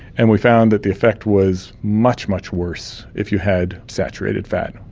and we found that the effect was much, much worse if you had saturated fat.